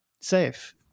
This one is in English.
Safe